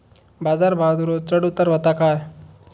बाजार भावात रोज चढउतार व्हता काय?